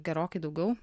gerokai daugiau